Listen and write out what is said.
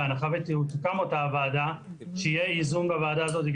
שהיא ועדה לענייני עררים.